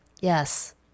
yes